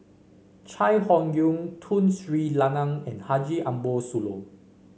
Chai Hon Yoong Tun Sri Lanang and Haji Ambo Sooloh